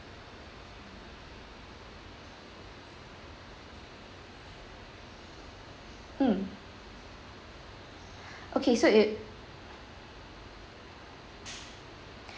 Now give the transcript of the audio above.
mm okay so it'll